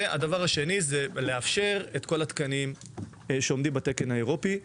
והדבר השני זה לאפשר את כל התקנים שעומדים בתקן האירופי.